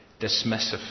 dismissive